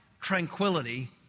tranquility